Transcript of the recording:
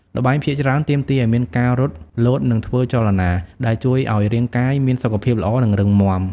ល្បែងភាគច្រើនទាមទារឱ្យមានការរត់ លោត និងធ្វើចលនា ដែលជួយឱ្យរាងកាយមានសុខភាពល្អ និងរឹងមាំ ។